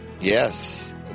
Yes